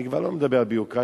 אני כבר לא מדבר על ביורוקרטיה,